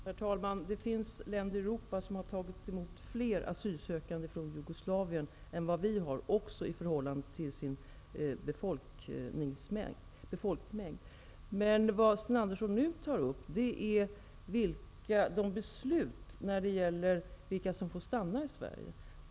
Herr talman! Det finns länder i Europa som har tagit emot fler asylsökande från Jugoslavien än vi, också i förhållande till sin folkmängd. Men vad Sten Andersson nu tar upp är besluten om vilka som får stanna i Sverige.